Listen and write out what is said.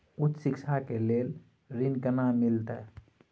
उच्च शिक्षा के लेल ऋण केना मिलते?